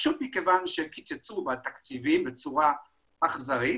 פשוט מכיוון שקיצצו בתקציבים בצורה אכזרית.